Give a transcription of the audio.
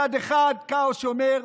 מצד אחד, כאוס שאומר: